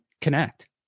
connect